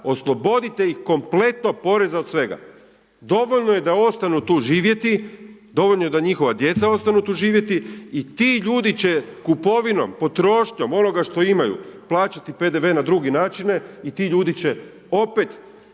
oslobodite ih kompletno poreza od svega. Dovoljno je da ostanu tu živjeti, dovoljno je da njihova djeca ostanu tu živjeti i ti ljudi će kupovinom, potrošnjom onoga što imaju plaćati PDV na druge načine i ti ljudi će opet